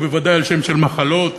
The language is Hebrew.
ובוודאי על שם מחלות,